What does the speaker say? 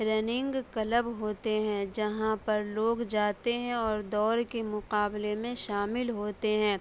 running club ہوتے ہیں جہاں پر لوگ جاتے ہیں اور دوڑ کے مقابلے میں شامل ہوتے ہیں